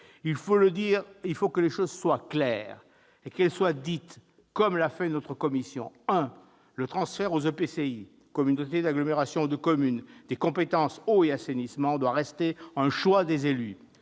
Il faut que les choses soient claires et qu'elles soient dites, comme l'a fait notre commission : premièrement, le transfert aux EPCI, communautés d'agglomération ou de communes, des compétences « eau » et « assainissement » doit rester un choix des élus.